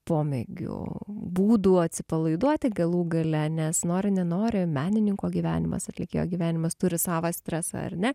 pomėgių būdų atsipalaiduoti galų gale nes nori nenori menininko gyvenimas atlikėjo gyvenimas turi savą stresą ar ne